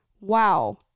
Wow